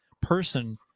person